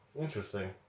interesting